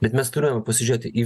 bet mes turime pasižiūėt į